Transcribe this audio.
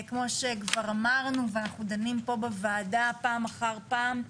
כמו שכבר אמרנו ואנחנו דנים פה בוועדה פעם אחר פעם,